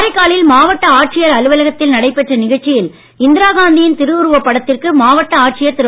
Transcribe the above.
காரைக்காலில் மாவட்ட ஆட்சியர் அலுவலகத்தில் நடைபெற்ற நிகழ்ச்சியில் இந்திராகாந்தியின் திருவுருவப் படத்திற்கு மாவட்ட ஆட்சியர் திரு